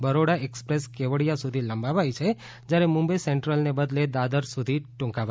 Baroda express Kevadia સુધી લંબાવાઈ છે જ્યારે મુંબઈ સેન્ટ્રલને બદલે દાદર સુધી ટૂંકાવાઈ છે